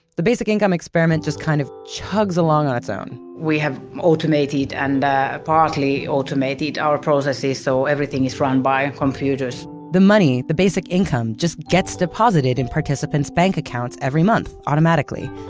the basic income experiment just kind of chugs along on its own we have automated and partly automated processes so everything is run by computers the money, the basic income, just gets deposited in participants bank accounts every month automatically.